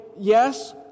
yes